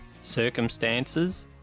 circumstances